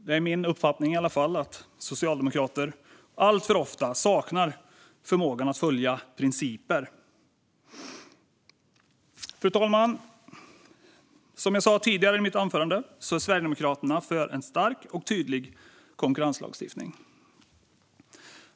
Det är min uppfattning att socialdemokrater alltför ofta saknar förmåga att följa principer. Fru talman! Som jag sa tidigare i mitt anförande är Sverigedemokraterna för en stark och tydlig konkurrenslagstiftning.